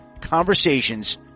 conversations